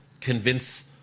convince